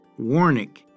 Warnick